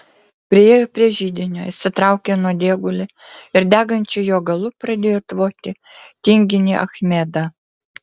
priėjo prie židinio išsitraukė nuodėgulį ir degančiu jo galu pradėjo tvoti tinginį achmedą